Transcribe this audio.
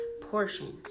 portions